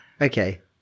Okay